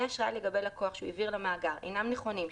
אשראי לגבי לקוח שהוא העביר למאגר אינם נכונים,